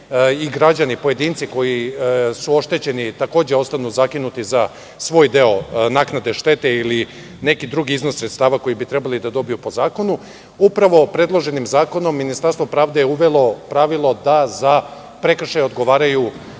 i građani i pojedinci koji su oštećeni, takođe ostanu zakinuti za svoj deo naknade štete, ili neki drugi iznos sredstava koji bi trebali da dobiju po zakonu. Upravo predloženim zakonom Ministarstvo pravde je uvelo pravilo da za prekršaj odgovaraju